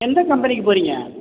எந்த கம்பெனிக்கு போகறீங்க